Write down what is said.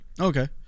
Okay